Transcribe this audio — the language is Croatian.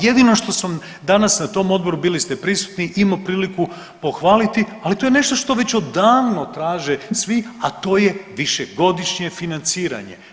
Jedino što sam danas na tom odboru, bili ste prisutni imao priliku pohvaliti, ali to je nešto što već odavno traže svi, a to je višegodišnje financiranje.